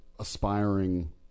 Aspiring